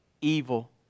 evil